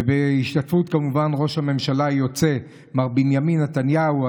וכמובן בהשתתפות ראש הממשלה היוצא מר בנימין נתניהו,